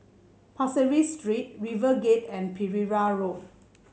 Pasir Ris Street RiverGate and Pereira Road